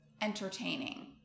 entertaining